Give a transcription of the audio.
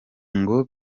ngo